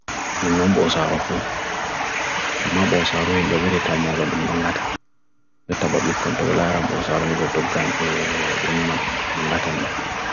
nan boso arofu ama boso aru yembe mwere ta mwagodum nan gata le ta babik kontevela aran boso arun yembe tuggan bhenumadum nan gata nme